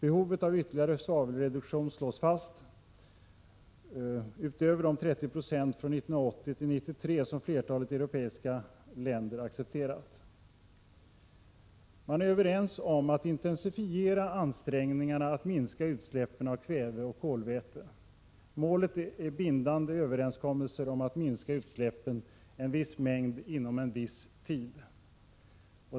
Behovet av ytterligare svavelreduktion slås fast . Man är överens om att intensifiera ansträngningarna att minska utsläppen av kväve och kolväten. Målet är bindande överenskommelser om att minska utsläppen en viss mängd inom en viss tid.